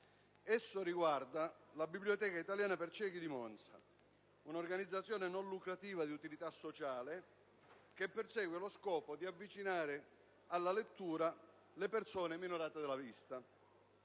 Esso riguarda la Biblioteca italiana per ciechi di Monza, un'organizzazione non lucrativa di utilità sociale che persegue lo scopo di avvicinare alla lettura le persone minorate della vista.